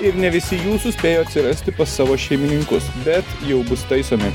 ir ne visi jų suspėjo atsirasti pas savo šeimininkus bet jau bus taisomi